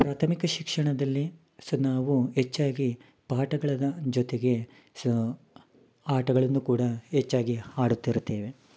ಪ್ರಾಥಮಿಕ ಶಿಕ್ಷಣದಲ್ಲಿ ಸ ನಾವು ಹೆಚ್ಚಾಗಿ ಪಾಠಗಳನ್ನ ಜೊತೆಗೆ ಸ ಆಟಗಳನ್ನು ಕೂಡ ಹೆಚ್ಚಾಗಿ ಆಡುತ್ತಿರುತ್ತೇವೆ